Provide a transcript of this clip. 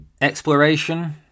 exploration